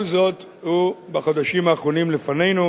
כל זאת הוא בחודשים האחרונים לפנינו,